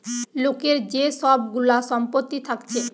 লোকের যে সব গুলা সম্পত্তি থাকছে